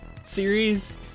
series